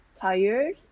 tired